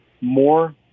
more